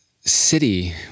city